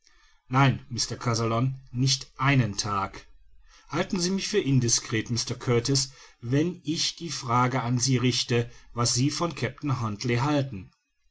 nein mr kazallon nicht einen tag halten sie mich für indiscret mr kurtis wenn ich die frage an sie richte was sie von kapitän huntly halten